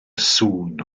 sŵn